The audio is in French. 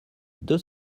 deux